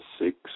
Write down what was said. six